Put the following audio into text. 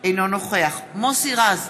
אינו נוכח מוסי רז,